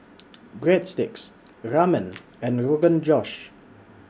Breadsticks Ramen and Rogan Josh